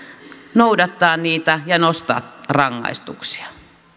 noudattaa niitä ja nostaa rangaistuksia